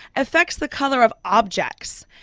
affects the colour of objects.